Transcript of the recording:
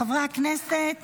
חברי הכנסת,